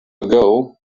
ago